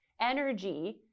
energy